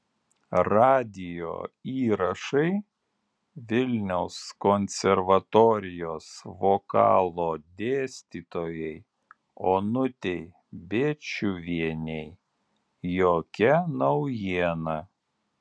radijo įrašai vilniaus konservatorijos vokalo dėstytojai onutei bėčiuvienei jokia naujiena